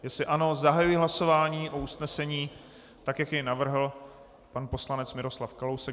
Jestli ano, zahajuji hlasování o usnesení tak, jak jej navrhl pan poslanec Miroslav Kalousek.